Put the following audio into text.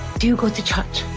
do you go to church?